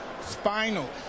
spinal